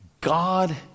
god